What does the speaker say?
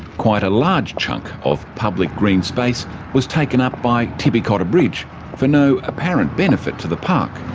quite a large chunk of public green space was taken up by tibby cotter bridge for no apparent benefit to the park.